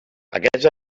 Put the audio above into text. aquests